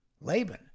Laban